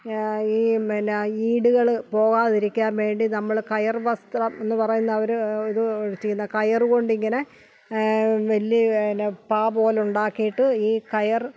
ഈ എന്നാൽ ഈടുകൾ പോകാതിരിക്കാൻ വേണ്ടി നമ്മൾ കയർ വസ്ത്രം എന്ന് പറയുന്ന ഒരു ഒരു ചീന കയറുകൊണ്ടിങ്ങനെ വലിയ എണ്ണാ പാ പോലെ ഉണ്ടാക്കിയിട്ട് ഈ കയർ